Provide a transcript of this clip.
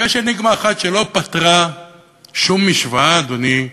ויש אניגמה אחת שלא פתרה שום משוואה, אדוני,